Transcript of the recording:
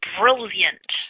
brilliant